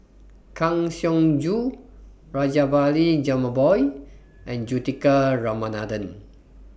Kang Siong Joo Rajabali Jumabhoy and Juthika Ramanathan